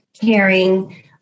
caring